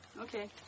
Okay